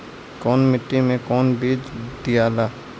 कौन माटी मे कौन बीज दियाला?